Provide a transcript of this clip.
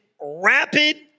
rapid